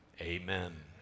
Amen